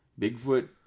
Bigfoot